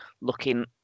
looking